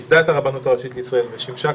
שייסדה את הרבנות הראשית לישראל ושימשה